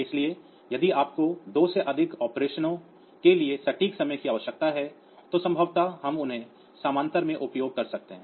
इसलिए यदि आपको 2 से अधिक ऑपरेशनों के लिए सटीक समय की आवश्यकता है तो संभवतः हम उन्हें समानांतर में उपयोग कर सकते हैं